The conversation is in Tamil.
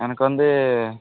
எனக்கு வந்து